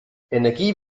energie